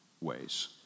ways